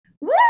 Woo